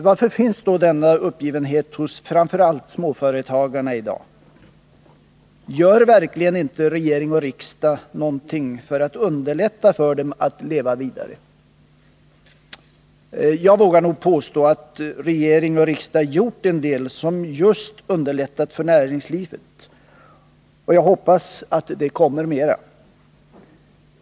Varför finns i dag denna uppgivenhet hos framför allt småföretagarna? Gör verkligen regering och riksdag inte någonting för att underlätta för dem att leva vidare? Jag vågar nog påstå att regering och riksdag har gjort en del som just har underlättat för näringslivet, och jag hoppas att det kommer mera.